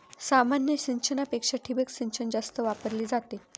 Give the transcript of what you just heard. सामान्य सिंचनापेक्षा ठिबक सिंचन जास्त वापरली जाते